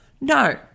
No